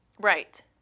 right